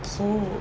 so